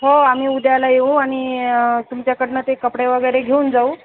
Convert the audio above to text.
हो आम्ही उद्याला येऊ आणि तुमच्याकडून ते कपडे वगैरे घेऊन जाऊ